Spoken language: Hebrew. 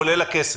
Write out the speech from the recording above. כולל הכסף?